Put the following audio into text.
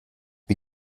wie